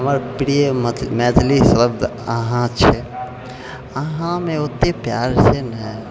हमर प्रिय मैथिली शब्द अहाँ छै अहाँमे ओते प्यार छै ने